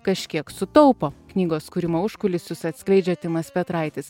kažkiek sutaupo knygos kūrimo užkulisius atskleidžia timas petraitis